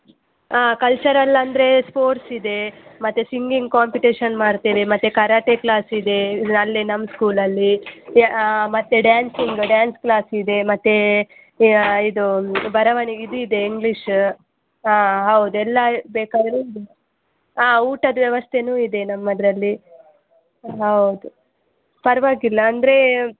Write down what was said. ಹಾಂ ಕಲ್ಚರಲ್ ಅಂದರೆ ಸ್ಪೋರ್ಟ್ಸ್ ಇದೆ ಮತ್ತು ಸಿಂಗಿಂಗ್ ಕಾಂಪಿಟಿಶನ್ ಮಾಡ್ತೇವೆ ಮತ್ತು ಕರಾಟೆ ಕ್ಲಾಸ್ ಇದೆ ಅಲ್ಲೇ ನಮ್ಮ ಸ್ಕೂಲಲ್ಲಿ ಮತ್ತು ಡ್ಯಾನ್ಸಿಂಗ್ ಡ್ಯಾನ್ಸ್ ಕ್ಲಾಸ್ ಇದೆ ಮತ್ತು ಇದು ಬರವಣಿಗೆ ಇದಿದೆ ಇಂಗ್ಲೀಷ ಹಾಂ ಹೌದು ಎಲ್ಲ ಬೇಕಾದರೆ ಹಾಂ ಊಟದ ವ್ಯವಸ್ಥೆಯೂ ಇದೆ ನಮ್ಮದರಲ್ಲಿ ಹೌದು ಪರವಾಗಿಲ್ಲ ಅಂದರೆ